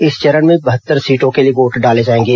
इस चरण में बहत्तर सीटों के लिए वोट डाले जाएंगे